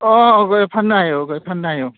अ फाननो हायो फाननो हायो